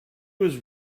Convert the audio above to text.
was